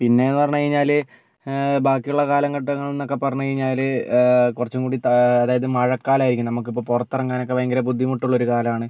പിന്നെയെന്നു പറഞ്ഞു കഴിഞ്ഞാൽ ബാക്കിയുള്ള കാലഘട്ടങ്ങളെന്നൊക്കെ പറഞ്ഞു കഴിഞ്ഞാൽ കുറച്ചും കൂടി അതായത് മഴക്കാലമായിരിക്കും നമുക്കിപ്പോൾ പുറത്തിറങ്ങാനൊക്കെ ഭയങ്കര ബുദ്ധിമുട്ടുള്ളൊരു കാലമാണ്